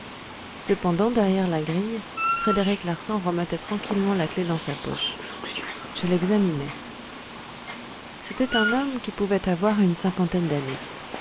cependant derrière la grille frédéric larsan remettait tranquillement la clef dans sa poche je l'examinai c'était un homme qui pouvait avoir une cinquantaine d'années